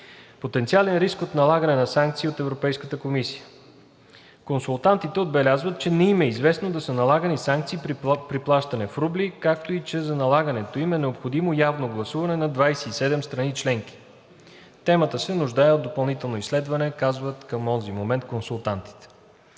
Потенциален риск от налагане на санкции от Европейската комисия. Консултантите отбелязват, че не им е известно да са налагани санкции при плащане в рубли, както и че за налагането им е необходимо явно гласуване на 27 страни членки. Темата се нуждае от допълнително изследване – казват към онзи момент консултантите.